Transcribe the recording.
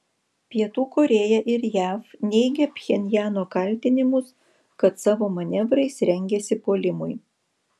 pietų korėja ir jav neigia pchenjano kaltinimus kad savo manevrais rengiasi puolimui